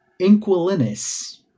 Inquilinus